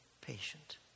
patient